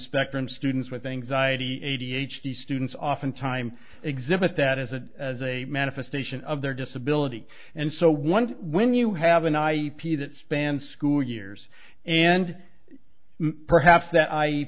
spectrum students with anxiety a d h the students often time exhibit that as a as a manifestation of their disability and so one when you have an ip that span school years and perhaps that i